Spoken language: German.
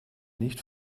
nicht